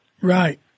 Right